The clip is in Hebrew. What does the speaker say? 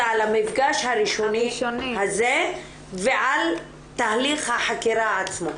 אלא על המפגש הראשוני הזה ועל תהליך החקירה עצמו.